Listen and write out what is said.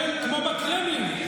כמו בקרמלין,